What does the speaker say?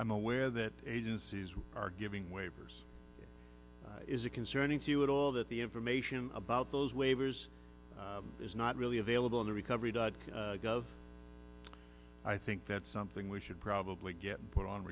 i'm aware that agencies are giving waivers is it concerning to you at all that the information about those waivers is not really available in the recovery dot gov i think that's something we should probably get put on